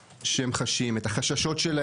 של שיח אמיתי וכנה בו נשמע את דעות כלל